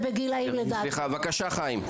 בבקשה חיים.